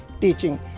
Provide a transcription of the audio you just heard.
teaching